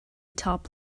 top